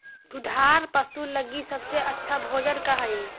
दुधार पशु लगीं सबसे अच्छा भोजन का हई?